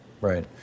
Right